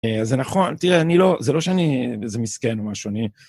אז זה נכון, תראה, זה לא שאני... איזה מסכן או משהו, אני...